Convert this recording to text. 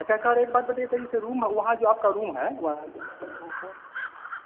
अच्छा सर एक बात बताइए सर जैसे रूम वहाँ जो आपका रूम है